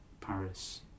Paris